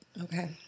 Okay